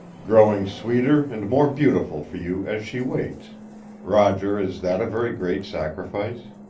growing sweeter and more beautiful for you as she waits roger, is that a very great sacrifice?